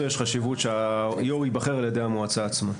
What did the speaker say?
יש חשיבות שהיו"ר ייבחר על ידי המועצה עצמה.